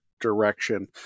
direction